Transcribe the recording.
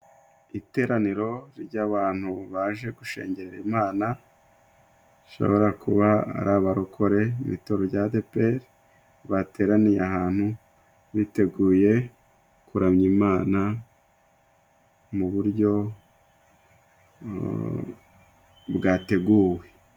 Iteraniro ry'abantu baje gushengerera Imana. Rishobora kuba ari abarokore mu itorero rya Adeperi bateraniye ahantu. Biteguye kuramya Imana mu buryo bwateguwe.